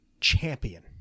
champion